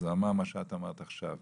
והוא אמר את מה שאמרת עכשיו: